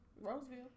Roseville